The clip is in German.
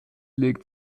liegt